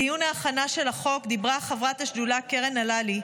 בדיון ההכנה של החוק דיברה חברת השדולה קרן הללי.